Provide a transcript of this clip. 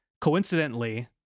Coincidentally